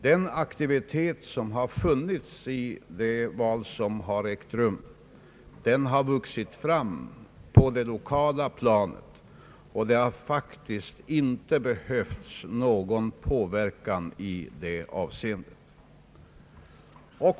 Den aktivitet som har funnits vid det val, som har ägt rum, har vuxit fram på det lokala planet, och det har faktiskt inte behövts någon påverkan i detta avseende.